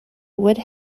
would